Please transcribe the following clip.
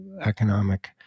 economic